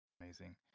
amazing